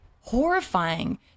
horrifying